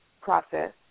process